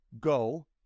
go